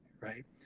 right